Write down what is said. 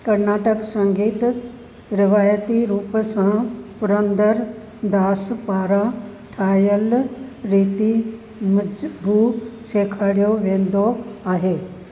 कर्नाटक संगीत रिवायती रूप सां पुरंदर दास पारां ठाहियलु रीति मुजिबु सेखारियो वेंदो आहे